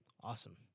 Awesome